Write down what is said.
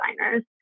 designers